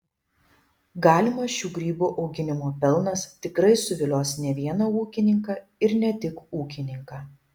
galimas šių grybų auginimo pelnas tikrai suvilios ne vieną ūkininką ir ne tik ūkininką